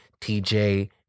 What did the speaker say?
TJ